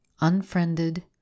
unfriended